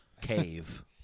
cave